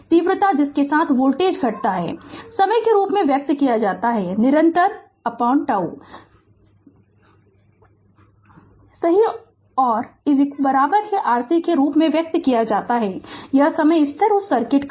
तीव्रता जिसके साथ वोल्टेज घटता है समय के रूप में व्यक्त किया जाता है निरंतर τ सही और RC के रूप में व्यक्त किया जाता है यह समय स्थिर उस सर्किट का